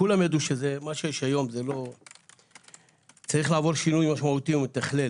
כולם ידעו שמה שיש היום צריך לעבור שינוי מהותי ומתכלל.